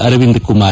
Arvind Kumar